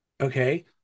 Okay